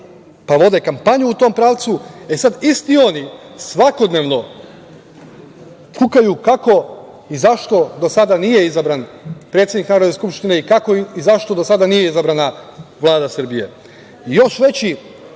pa vode kampanju u tom pravcu, sad, isti oni svakodnevno kukaju kako i zašto do sada nije izabran predsednik Narodne skupštine i kako i zašto do sada nije izabrana Vlada Srbije. Još